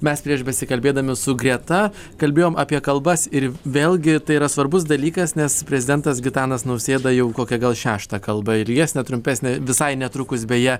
mes prieš besikalbėdami su greta kalbėjom apie kalbas ir vėlgi tai yra svarbus dalykas nes prezidentas gitanas nausėda jau kokią gal šeštą kalbą ilgesnę trumpesnę visai netrukus beje